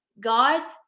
God